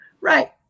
Right